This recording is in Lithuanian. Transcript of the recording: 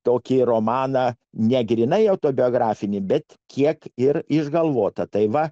tokį romaną ne grynai autobiografinį bet kiek ir išgalvota tai va